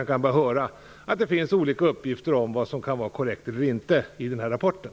Jag kan bara höra att det finns olika uppgifter om vad som kan vara korrekt eller inte i den här rapporten.